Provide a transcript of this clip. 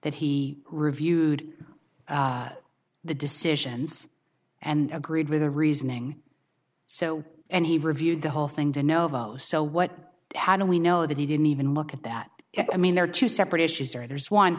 that he reviewed the decisions and agreed with the reasoning so and he reviewed the whole thing to novo so what how do we know that he didn't even look at that i mean there are two separate issues here there's one